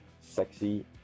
sexy